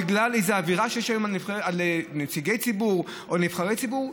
בגלל איזו אווירה שיש היום על נציגי ציבור או על נבחרי ציבור.